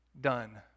done